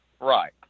Right